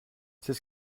c’est